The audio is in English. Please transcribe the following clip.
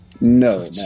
No